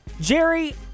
Jerry